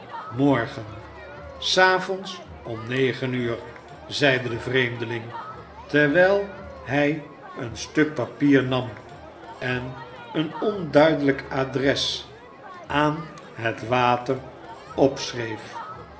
morgen s avonds om negen uur zeide de vreemdeling terwijl hij een stuk papier nam en een onduidelijk adres aan het water